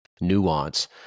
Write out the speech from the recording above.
nuance